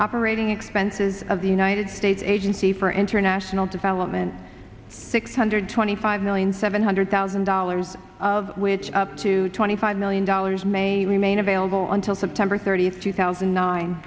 operating expenses of the united states agency for international development six hundred twenty five million seven hundred thousand dollars of which up to twenty five million dollars may remain available until september thirtieth two thousand